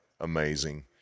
amazing